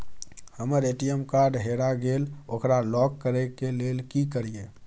हमर ATM card हेरा गेल ओकरा लॉक करै के लेल की करियै?